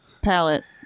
palette